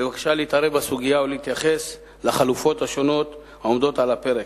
בבקשה שיתערב בסוגיה ויתייחס לחלופות השונות העומדות על הפרק.